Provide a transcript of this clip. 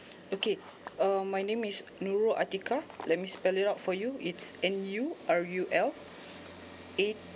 okay uh my name is nurul atikah let me spell it out for you it's N U R U L A